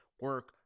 Work